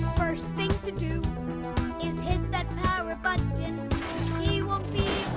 first thing to do is hit that power button he won't be